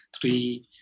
three